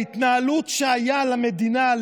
ההתנהלות שהייתה למדינה,